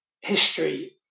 history